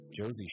Josie